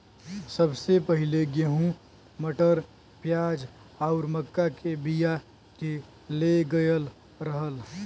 सबसे पहिले गेंहू, मटर, प्याज आउर मक्का के बिया के ले गयल रहल